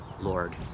Lord